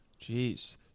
Jeez